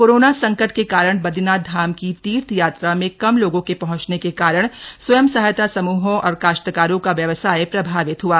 corona संकट के कारण बद्दीनाथ धाम की तीर्थयात्रा मे कम लोगों के पहुंचने के कारण स्वयं सहायता समूहों और काश्तकारों का व्यवसाय प्रभावित ह्आ